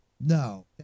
No